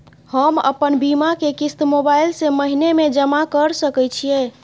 हम अपन बीमा के किस्त मोबाईल से महीने में जमा कर सके छिए?